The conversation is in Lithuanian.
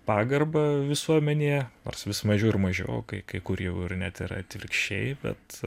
pagarbą visuomenėje nors vis mažiau ir mažiau kai kur jau ir net ir atvirkščiai bet